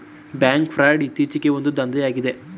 bank fraud ಇತ್ತೀಚೆಗೆ ಒಂದು ದಂಧೆಯಾಗಿದೆ